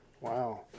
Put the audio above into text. Wow